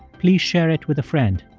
please share it with a friend.